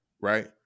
right